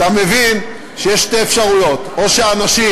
אתה מבין שיש שתי אפשרויות: או שאנשים